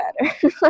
better